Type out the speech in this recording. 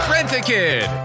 Rent-A-Kid